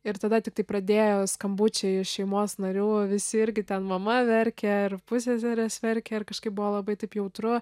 ir tada tiktai pradėjo skambučiai šeimos narių visi irgi ten mama verkė ir pusseserės verkė ir kažkaip buvo labai taip jautru